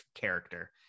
character